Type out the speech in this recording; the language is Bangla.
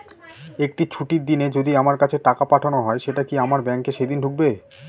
একটি ছুটির দিনে যদি আমার কাছে টাকা পাঠানো হয় সেটা কি আমার ব্যাংকে সেইদিন ঢুকবে?